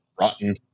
rotten